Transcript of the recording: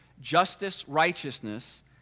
Justice-righteousness